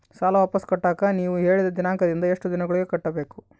ಸಾಲ ವಾಪಸ್ ಕಟ್ಟಕ ನೇವು ಹೇಳಿದ ದಿನಾಂಕದಿಂದ ಎಷ್ಟು ದಿನದೊಳಗ ಕಟ್ಟಬೇಕು?